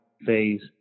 phase